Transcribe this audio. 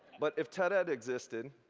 but if ted ed existed,